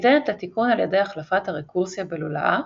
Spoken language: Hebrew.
ניתנת לתיקון על ידי החלפת הרקורסיה בלולאה